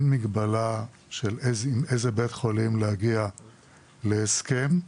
מגבלה עם איזה בית חולים להגיע להסכם,